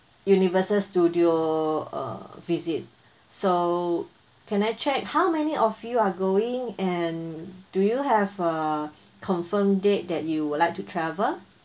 universal studio uh visit so can I check how many of you are going and do you have a confirmed date that you would like to travel